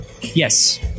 Yes